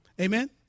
Amen